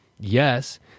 Yes